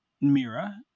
Mira